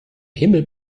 himmel